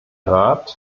rat